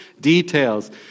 details